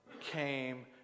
came